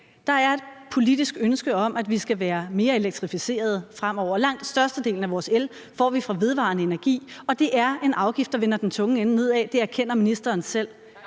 Der er et politisk ønske om, at vi skal være mere elektrificerede fremover. Langt størstedelen af vores el får vi fra vedvarende energi, og det er en afgift, der vender den tunge ende nedad; det erkender ministeren selv.